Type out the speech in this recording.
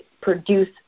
produce